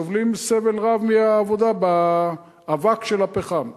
סובלים סבל רב מהעבודה באבק של הפחם.